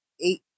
eight